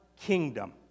kingdom